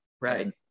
Right